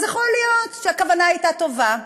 אז יכול להיות שהכוונה הייתה טובה,